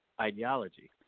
ideology